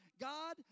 God